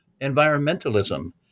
environmentalism